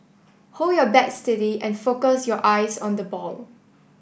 hold your bat steady and focus your eyes on the ball